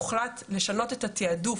הוחלט לשנות את התיעדוף,